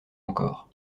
encore